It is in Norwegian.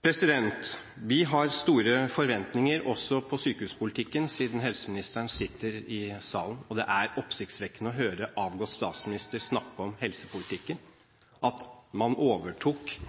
Vi har store forventninger også til sykehuspolitikken – jeg ser at helseministeren sitter i salen. Det var oppsiktsvekkende å høre den avgåtte statsministeren snakke om helsepolitikken. At Bondevik I-regjeringen overtok